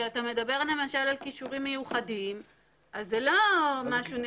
כשאתה מדבר למשל על כישורים מיוחדים אז זה לא משהו,